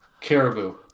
Caribou